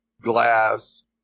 glass